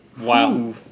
Wow